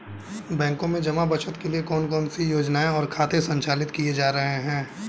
बैंकों में जमा बचत के लिए कौन कौन सी योजनाएं और खाते संचालित किए जा रहे हैं?